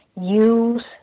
use